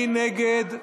מי נגד?